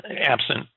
absent